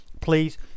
please